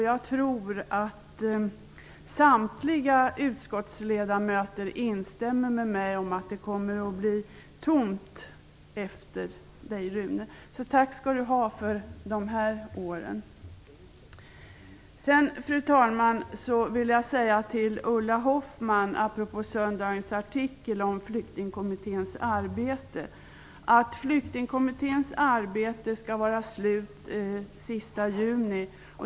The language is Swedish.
Jag tror att samtliga utskottsledamöter instämmer med mig om att det kommer att bli tomt efter dig, Rune. Tack skall du ha för de här åren. Fru talman! Apropå söndagens artikel om Flyktingkommitténs arbete vill jag till Ulla Hoffmann säga att det arbetet skall vara färdigt den 30 juni.